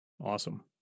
Awesome